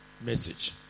message